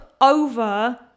over